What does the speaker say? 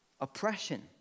oppression